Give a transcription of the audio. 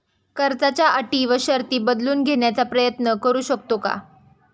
कर्जाच्या अटी व शर्ती बदलून घेण्याचा प्रयत्न करू शकतो का?